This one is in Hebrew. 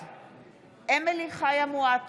דרך אגב, אנחנו מפריעים לו עכשיו על חשבונו?